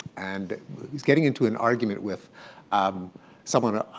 and he was getting into an argument with um someone